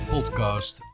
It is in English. Podcast